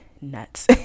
nuts